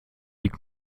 liegt